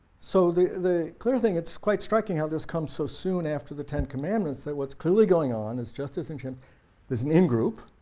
so the the clear thing, it's quite striking how this comes so soon after the ten commandments, that what's clearly going on is, just as and chimps is an in-group,